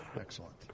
Excellent